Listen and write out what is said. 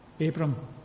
Abram